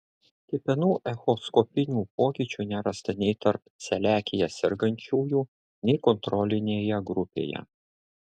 kepenų echoskopinių pokyčių nerasta nei tarp celiakija sergančiųjų nei kontrolinėje grupėje